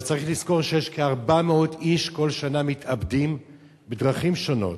אבל צריך לזכור שכ-400 איש כל שנה מתאבדים בדרכים שונות.